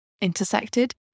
intersected